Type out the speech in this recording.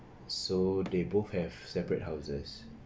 so they both have separate houses